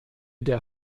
der